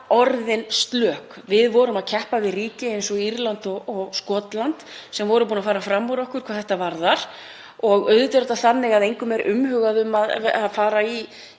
orðin slök. Við vorum að keppa við ríki eins og Írland og Skotland sem höfðu farið fram úr okkur hvað þetta varðar. Auðvitað er engum umhugað um að fara í